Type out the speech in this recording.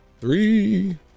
Three